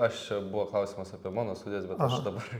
aš čia buvo klausimas apie mano studijas bet dabar